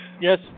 Yes